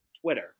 Twitter